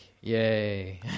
yay